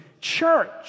church